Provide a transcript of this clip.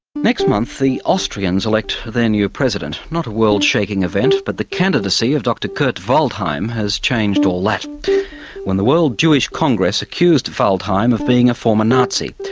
next month the austrians elect their new president. not a world shaking event, but the candidacy of dr kurt waldheim has changed all that when the world jewish congress accused waldheim of being a former nazi,